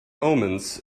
omens